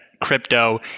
crypto